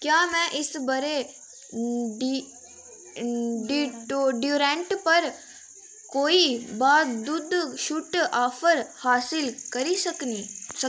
क्या में इस ब'रै डियोड्रेंट पर कोई बाद्धू छूट ऑफर हासल करी सकनीं